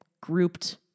grouped